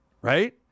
right